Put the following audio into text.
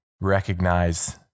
recognize